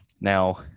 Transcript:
Now